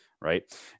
right